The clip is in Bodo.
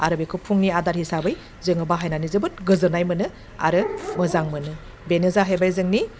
आरो बेखौ फुंनि आदार हिसाबै जोङो बाहायनानै जोबोद गोजोन्नाय मोनो आरो मोजां मोनो बेनो जाहैबाय जोंनि